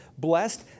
blessed